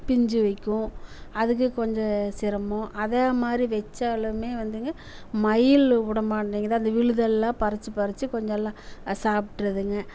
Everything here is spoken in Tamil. பிஞ்சு வைக்கும் அதுக்கு கொஞ்சம் சிரமம் அதை மாதிரி வச்சாலுமே வந்துங்க மயில் விட மாட்டேங்கிது அந்த விழுதெல்லாம் பறிச்சு பறிச்சு கொஞ்சம் எல்லாம் சாப்பிட்ருதுங்க